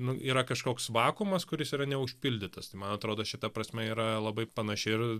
nu yra kažkoks vakuumas kuris yra neužpildytas tai man atrodo šita prasme yra labai panaši ir